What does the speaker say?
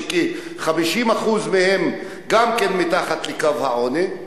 שכ-50% מהם גם כן מתחת לקו העוני,